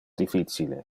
difficile